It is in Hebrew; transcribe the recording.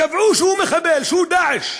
קבעו שהוא מחבל, שהוא "דאעש",